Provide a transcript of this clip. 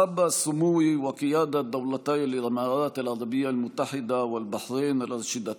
(אומר דברים בשפה הערבית, להלן תרגומם: